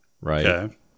right